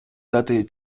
дати